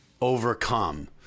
overcome